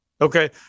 Okay